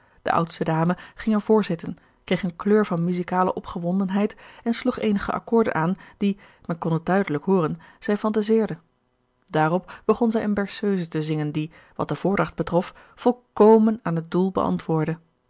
de oudste dame ging er voor zitten kreeg eene kleur van muziekale opgewondenheid en sloeg eenige accoorden aan die men kon het duidelijk hooren zij fantaiseerde daarop begon zij eene berceuse te zingen die wat de voordragt betrof volkomen aan het doel beantwoordde